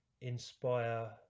inspire